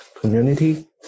community